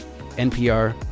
NPR